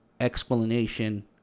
explanation